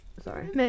Sorry